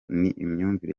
n’imyumvire